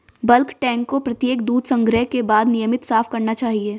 bulk tank को प्रत्येक दूध संग्रह के बाद नियमित साफ करना चाहिए